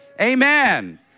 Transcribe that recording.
Amen